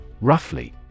Roughly